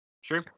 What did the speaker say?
Sure